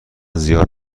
زیاد